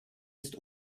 ist